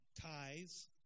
tithes